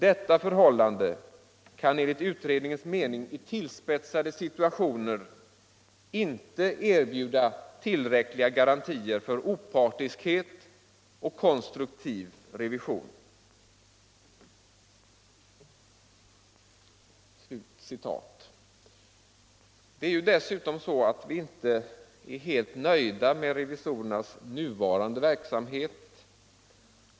Detta förhållande kan enligt utredningens mening i tillspetsade situationer inte erbjuda tillräckliga garantier för opartiskhet och konstruktiv revision.” Det är ju dessutom så att vi inte är helt nöjda med revisorernas nuvarande verksamhet.